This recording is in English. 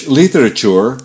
literature